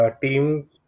Team